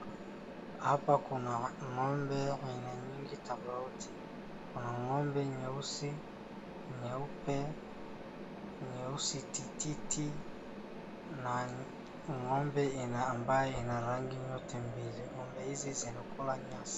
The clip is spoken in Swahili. Hapa kuna ng'ombe wa aina nyingi tofauti. Kuna ng'ombe nyeusi, nyeupe, nyeusi tititi na ng'ombe ambayo ina rangi yote mbili. Ng'ombe hizi zinakula nyasi.